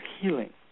healing